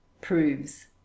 proves